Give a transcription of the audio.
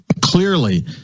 clearly